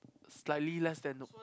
slightly less than